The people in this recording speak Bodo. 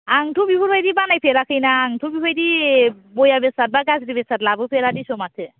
आंथ' बेफोरबायदि बानायफेराखै ना आंथ' बेबायदि बेया बेसाद बा गाज्रि बेसाद लाबोफेरा देसु माथो